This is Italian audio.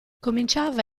cominciava